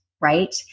right